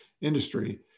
industry